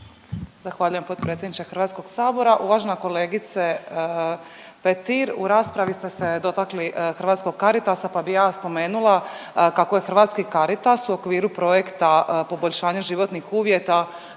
Zahvaljujem potpredsjedniče Hrvatskog sabora. Uvažena kolegice Petir, u raspravi ste se dotakli Hrvatskog Caritasa pa bih ja spomenula kako je Hrvatski Caritas u okviru projekta poboljšanje životnih uvjeta